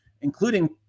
including